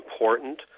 important